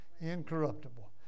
incorruptible